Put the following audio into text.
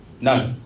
no